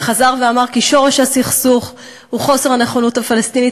וחזר ואמר כי שורש הסכסוך הוא חוסר הנכונות הפלסטינית